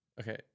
Okay